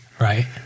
Right